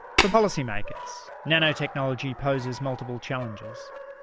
for policy makers nanotechnology poses multiple challenges.